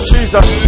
Jesus